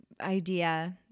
idea